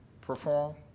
perform